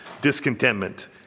discontentment